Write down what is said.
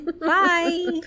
Bye